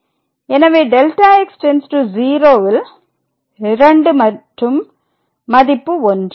எனவே Δx→0 ல் 2 மற்றும் மதிப்பு 1